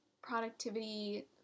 productivity